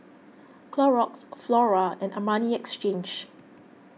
Clorox Flora and Armani Exchange